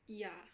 ya